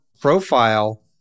profile